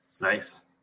Nice